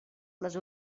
les